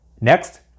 next